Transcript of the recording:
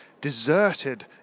deserted